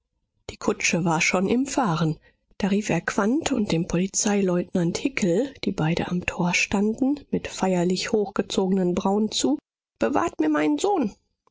die kutsche war schon im fahren da rief er quandt und dem polizeileutnant hickel die beide am tor standen mit feierlich hochgezogenen brauen zu bewahrt mir meinen sohn